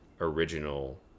original